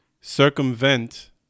circumvent